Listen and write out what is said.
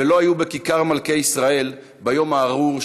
ולא היו בכיכר מלכי ישראל ביום הארור,